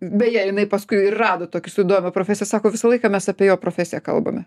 beje jinai paskui ir rado tokį su įdomia profesija sako visą laiką mes apie jo profesiją kalbame